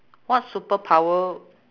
what superpower